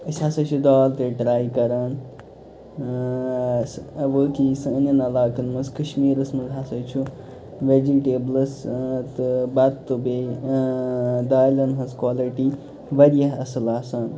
أسۍ ہسا چھِ دال تہِ ٹرٛاے کران اۭں وٲقعٕے سانٮ۪ن علاقَن منٛز کَشمیٖرَس منٛز ہسا چھُ ویٚجِٹیبلٕز اۭں تہٕ بَتہٕ تہٕ بیٚیہِ اۭں دالَن ہٕنٛز قالٹی واریاہ اصٕل آسان